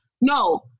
No